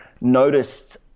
noticed –